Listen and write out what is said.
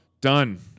Done